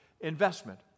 investment